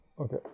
Okay